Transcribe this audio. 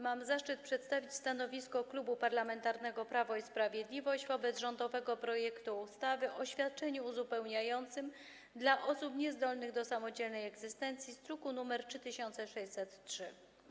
Mam zaszczyt przedstawić stanowisko Klubu Parlamentarnego Prawo i Sprawiedliwość wobec rządowego projektu ustawy o świadczeniu uzupełniającym dla osób niezdolnych do samodzielnej egzystencji, druk nr 3603.